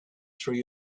through